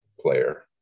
player